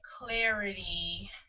clarity